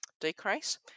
decrease